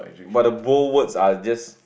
but the bold words are just